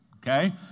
okay